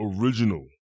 original